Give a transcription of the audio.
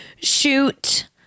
shoot